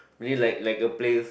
meaning like like a place